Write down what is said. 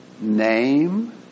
name